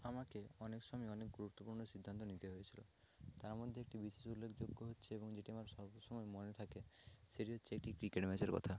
আমাকে অনেক সময় অনেক গুরুত্বপূর্ণ সিদ্ধান্ত নিতে হয়েছিলো তার মধ্যে একটি বিশেষ উল্লেখযোগ্য হচ্ছে এবং যেটি আমার সব সময় মনে থাকে সেটি হচ্ছে একটি ক্রিকেট ম্যাচের কথা